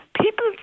people